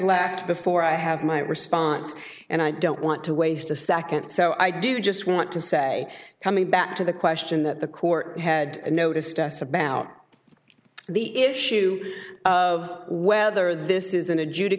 left before i have my response and i don't want to waste a second so i do just want to say coming back to the question that the court had noticed us about the issue of whether this is